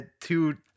two